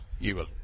evil